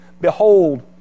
Behold